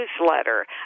newsletter